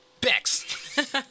Bex